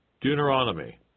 Deuteronomy